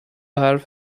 حرف